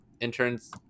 interns